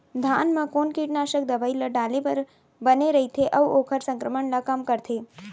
धान म कोन कीटनाशक दवई ल डाले बर बने रइथे, अऊ ओखर संक्रमण ल कम करथें?